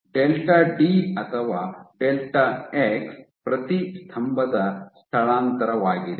delta D ಅಥವಾ delta X ಪ್ರತಿ ಸ್ತಂಭದ ಸ್ಥಳಾಂತರವಾಗಿದೆ